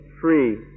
free